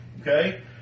okay